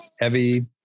Heavy